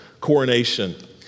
coronation